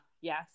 Yes